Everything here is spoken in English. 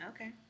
Okay